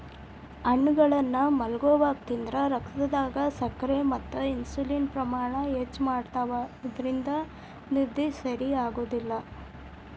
ಹಣ್ಣುಗಳನ್ನ ಮಲ್ಗೊವಾಗ ತಿಂದ್ರ ರಕ್ತದಾಗ ಸಕ್ಕರೆ ಮತ್ತ ಇನ್ಸುಲಿನ್ ಪ್ರಮಾಣ ಹೆಚ್ಚ್ ಮಾಡ್ತವಾ ಇದ್ರಿಂದ ನಿದ್ದಿ ಸರಿಯಾಗೋದಿಲ್ಲ